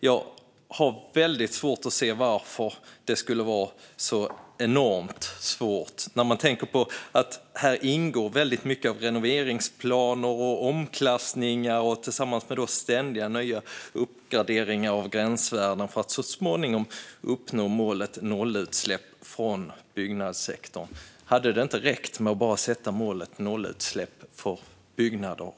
Jag har väldigt svårt att se varför det skulle vara så enormt svårt när man tänker på att det här ingår väldigt mycket av renoveringsplaner och omklassningar tillsammans med ständigt nya uppgraderingar av gränsvärden för att så småningom uppnå målet nollutsläpp från byggnadssektorn. Hade det inte räckt att bara sätta målet nollutsläpp för byggnader?